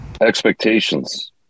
expectations